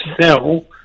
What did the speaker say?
sell